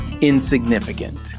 Insignificant